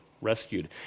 rescued